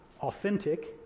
authentic